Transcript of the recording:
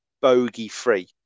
bogey-free